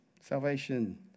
Salvation